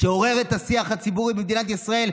שעורר את השיח הציבורי במדינת ישראל,